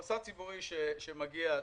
מוסד ציבורי שמגיע לכאן,